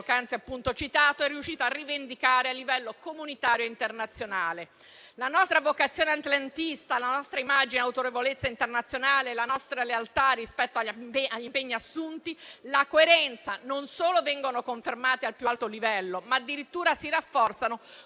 poc'anzi citato, è riuscita a rivendicare a livello comunitario e internazionale. La nostra vocazione atlantista, la nostra immagine e la nostra autorevolezza internazionale, la nostra lealtà rispetto agli impegni assunti e la nostra coerenza non solo vengono confermate al più alto livello, ma addirittura si rafforzano